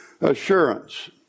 Assurance